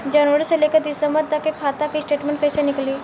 जनवरी से लेकर दिसंबर तक के खाता के स्टेटमेंट कइसे निकलि?